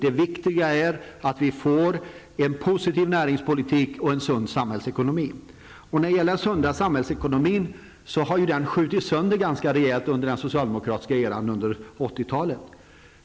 Det viktiga är att vi får en positiv näringspolitik och en sund samhällsekonomi. Den sunda samhällsekonomin har ju skjutits sönder ganska rejält under den socialdemokratiska eran under 80-talet.